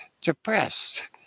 depressed